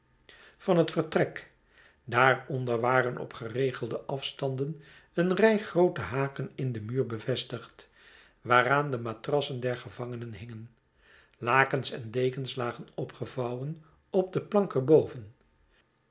van het vertrek daar onder waren op geregelde afstanden een rij groote haken in den muur bevestigd waaraan de matrassen der gevangenen hingen lakens en dekens lagen opgevouwen op de plank